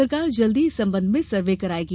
सरकार जल्दी ही इस संबंध में सर्वे करायेगी